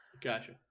Gotcha